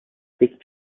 stick